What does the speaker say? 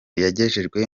yagejejwe